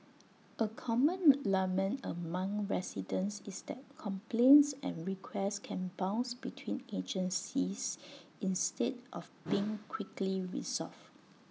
A common lament among residents is that complaints and requests can bounce between agencies instead of being quickly resolved